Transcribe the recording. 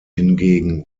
hingegen